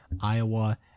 Iowa